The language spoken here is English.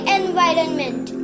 environment